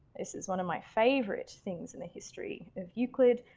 this is one of my favorite things in the history of euclid.